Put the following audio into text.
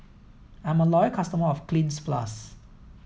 I'm a loyal customer of Cleanz plus